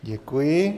Děkuji.